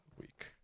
week